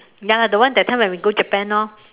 ya lah the one that time when we go Japan orh